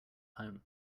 home